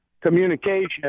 communication